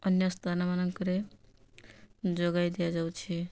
ଅନ୍ୟ ସ୍ଥାନମାନଙ୍କରେ ଯୋଗାଇ ଦିଆଯାଉଛି